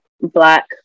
black